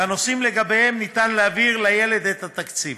והנושאים שלגביהם ניתן להעביר לילד את התקציב.